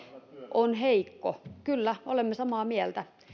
on heikko kyllä olemme samaa mieltä